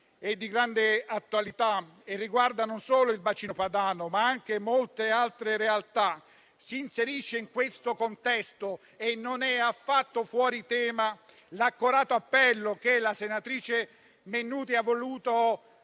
è di grande attualità e riguarda non solo il bacino padano ma anche molte altre realtà. Si inserisce in questo contesto - e non è affatto fuori tema - l'accorato appello che la senatrice Mennuni ha voluto